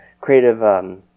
creative